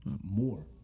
more